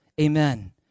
amen